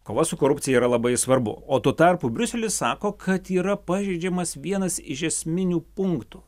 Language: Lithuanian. kova su korupcija yra labai svarbu o tuo tarpu briuselis sako kad yra pažeidžiamas vienas iš esminių punktų